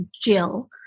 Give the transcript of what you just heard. Jill